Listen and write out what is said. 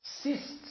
cysts